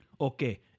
Okay